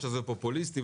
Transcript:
שזה פופוליסטי,